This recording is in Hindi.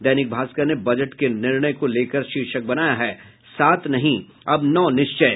दैनिक भास्कर ने बजट के निर्णय को लेकर शीर्षक बनाया है सात नहीं अब नौ निश्चय